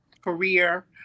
career